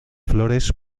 flores